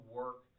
work